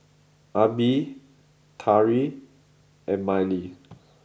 Abie Tari and Mylie